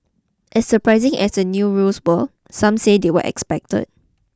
as surprising as the new rules were some say they were expected